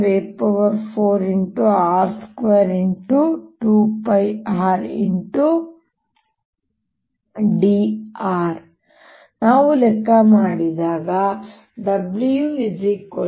2πrdr ನಾವು ಲೆಕ್ಕ ಮಾಡಿದಾಗ W0a0r2I282a4